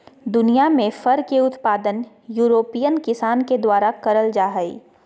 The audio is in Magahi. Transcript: दुनियां में फर के उत्पादन यूरोपियन किसान के द्वारा करल जा हई